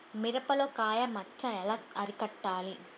మిరపలో కాయ మచ్చ ఎలా అరికట్టాలి?